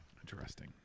Interesting